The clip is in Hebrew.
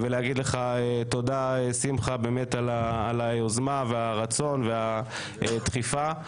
תודה, שמחה, על היוזמה, והרצון והדחיפה.